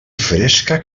fresca